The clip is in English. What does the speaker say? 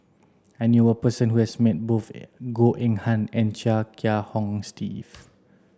I knew a person who has met both Goh Eng Han and Chia Kiah Hong Steve